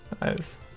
Nice